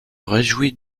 réjouis